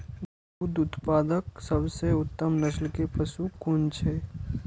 दुग्ध उत्पादक सबसे उत्तम नस्ल के पशु कुन छै?